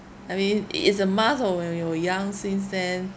I mean it's a must orh when we were young since then